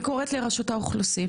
אני קוראת לרשות האוכלוסין,